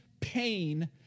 pain